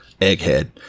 egghead